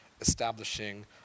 establishing